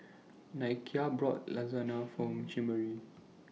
Nakia bought Lasagne For Chimere